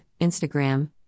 Instagram